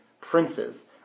princes